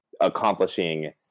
accomplishing